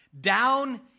Down